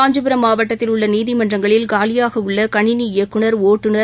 காஞ்சிபுரம் மாவட்டத்தில் உள்ள நீதிமன்றங்களில் காலியாக உள்ள கணினி இயக்குநர் ஒட்டுநர்